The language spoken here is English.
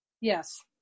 Yes